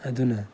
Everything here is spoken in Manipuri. ꯑꯗꯨꯅ